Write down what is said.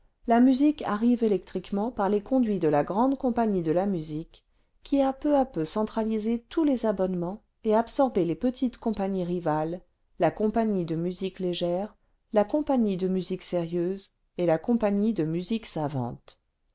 la musique arrive électriquement par les conduits cle la grande compagnie de la musique qui a peu à peu centralisé tous les abonnements et absorbé les petites compagnies rivales la compagnie cle musique légère la compagnie de musique sérieuse et la compagnie de musique savante